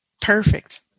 Perfect